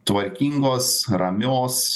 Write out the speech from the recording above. tvarkingos ramios